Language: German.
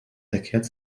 verkehrt